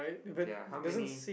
there are how many